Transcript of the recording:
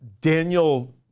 Daniel